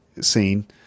scene